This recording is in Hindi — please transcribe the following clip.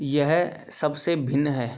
यह सबसे भिन्न है